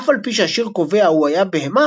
אף על פי שהשיר קובע "הוא היה בהמה",